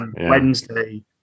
Wednesday